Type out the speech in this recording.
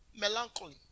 Melancholy